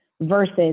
versus